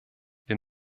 wir